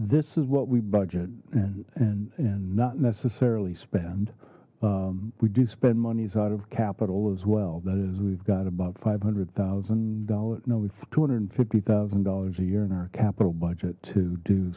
this is what we budget and and and not necessarily spend we do spend monies out of capital as well that is we've got about five hundred thousand dollars no with two hundred and fifty thousand dollars a year in our capital budget to do